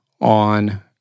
on